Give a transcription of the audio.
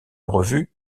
revues